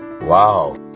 wow